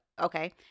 okay-